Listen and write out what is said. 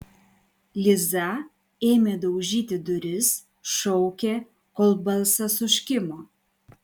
liza ėmė daužyti duris šaukė kol balsas užkimo